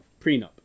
Prenup